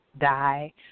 die